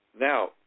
Now